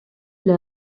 эле